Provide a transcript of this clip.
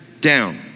down